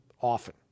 often